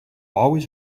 always